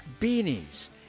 beanies